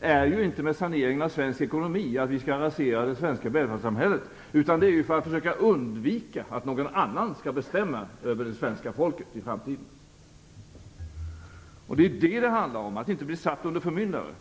med vår sanering av svensk ekonomi är ju inte att rasera det svenska välfärdssamhället, utan att försöka undvika att någon annan skall bestämma över det svenska folket i framtiden. Det handlar om att inte bli satt under förmyndare.